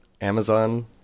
Amazon